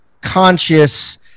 conscious